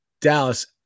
Dallas